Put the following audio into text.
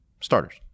starters